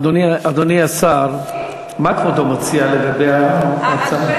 אדוני השר, מה כבודו מציע לגבי ההצעה?